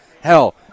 Hell